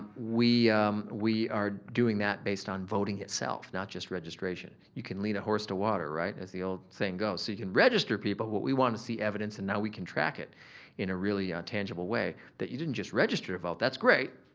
we we are doing that based on voting itself, not just registration. you can lead a horse to water, right, as the old saying goes. so, you can register people. what we wanna see evidence and now we can track it in a really tangible way that you didn't just register to vote, that's great,